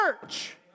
church